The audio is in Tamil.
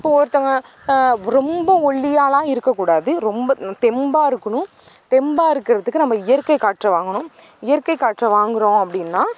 இப்போ ஒருத்தங்க ரொம்ப ஒல்லியாகலாம் இருக்கக்கூடாது ரொம்ப தெம்பாக இருக்கணும் தெம்பாக இருக்கிறதுக்கு நம்ம இயற்கை காற்றை வாங்கணும் இயற்கை காற்றை வாங்குகிறோம் அப்படின்னா